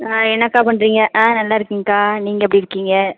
ஆ என்னக்கா பண்ணுறீங்க ஆ நல்லா இருக்கேன்க்கா நீங்கள் எப்படி இருக்கீங்க